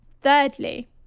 thirdly